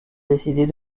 décider